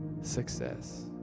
success